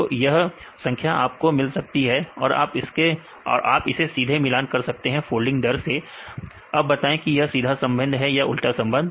तो यह संख्या आपको मिल सकती है आप इसे सीधे मिलान कर सकते हैं फोल्डिंग दर से अब बताएं कि यह सीधा संबंध है या उल्टा संबंध